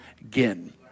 again